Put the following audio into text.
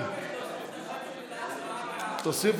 להוסיף